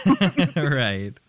Right